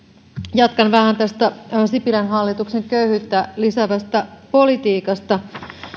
jatkan vähän tästä sipilän hallituksen köyhyyttä lisäävästä politiikasta